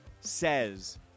Says